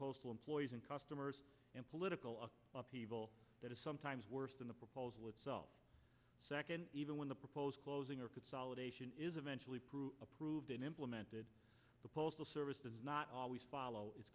postal employees and customers and political upheaval that is sometimes worse than the proposal itself second even when the proposed closing or consolidation is eventually proof approved and implemented the postal service does not always follow it